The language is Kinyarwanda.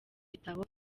gitabo